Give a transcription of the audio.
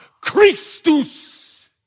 Christus